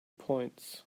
points